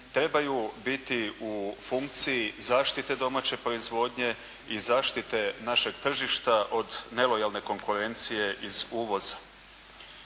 trebaju biti u funkciji zaštite domaće proizvodnje i zaštite našeg tržišta od nelojalne konkurencije iz uvoza.